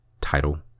title